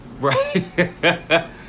Right